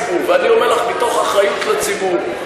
תרשה לי, תרשה לי לחלוק על דבריך.